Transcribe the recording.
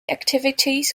activities